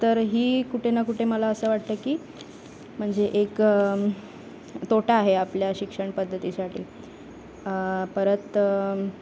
तर ही कुठे ना कुठे मला असं वाटतं आहे की म्हणजे एक तोटा आहे आपल्या शिक्षण पद्धतीसाठी परत